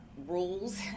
rules